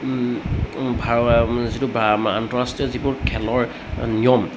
ভাৰ যিটো আন্তঃৰাষ্ট্ৰীয় যিবোৰ খেলৰ নিয়ম